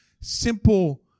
simple